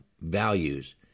values